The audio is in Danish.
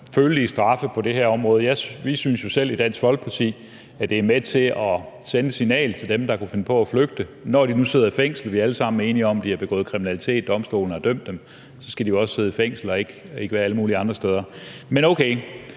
følelige straffe på det her område. Vi synes jo selv i Dansk Folkeparti, at det er med til at sende et signal til dem, der kunne finde på at flygte, når de nu sidder i fængsel og vi alle sammen er enige om, at de har begået kriminalitet. Domstolene har dømt dem, så skal de også sidde i fængsel og ikke være alle mulige andre steder. Okay,